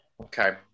Okay